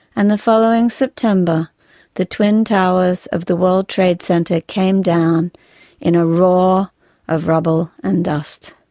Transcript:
and the following september the twin towers of the world trade center came down in a roar of rubble and dust.